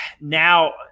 Now